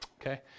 Okay